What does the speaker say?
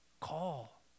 call